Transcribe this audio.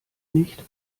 nicht